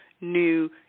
new